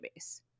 database